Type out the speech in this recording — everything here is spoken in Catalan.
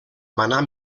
manar